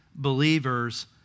believer's